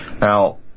Now